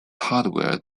hardware